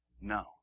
No